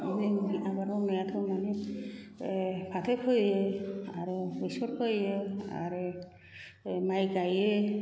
जोंनि आबाद मावनायाथ' मानि फाथो फोयो आरो बेसर फोयो आरो माइ गाइयो